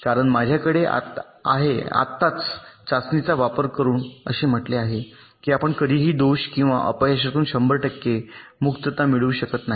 कारण माझ्याकडे आहे आत्ताच चाचणीचा वापर करून असे म्हटले आहे की आपण कधीही दोष किंवा अपयशापासून 100 टक्के मुक्तता मिळवू शकत नाही